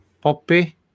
Poppy